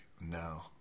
no